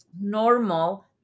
Normal